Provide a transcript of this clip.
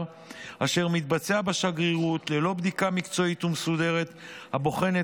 אשר מתבצע בשגרירות ללא בדיקה מקצועית ומסודרת הבוחנת